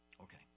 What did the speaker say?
okay